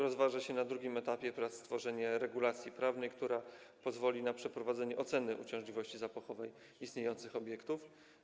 Rozważa się stworzenie, na drugim etapie prac, regulacji prawnej, która pozwoli na przeprowadzenie oceny uciążliwości zapachowej istniejących obiektów.